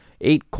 Eight